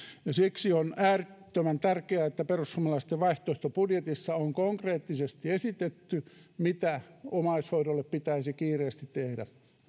siksi on äärettömän tärkeää että perussuomalaisten vaihtoehtobudjetissa on konkreettisesti esitetty mitä omaishoidolle pitäisi kiireesti tehdä